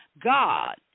God